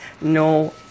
no